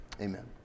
Amen